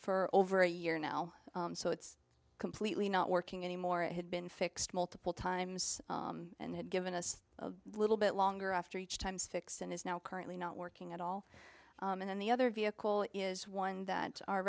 for over a year now so it's completely not working anymore it had been fixed multiple times and had given us a little bit longer after each times fix and is now currently not working at all and then the other vehicle is one that